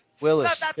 Willis